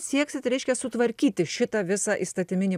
sieksit reiškia sutvarkyti šitą visą įstatyminį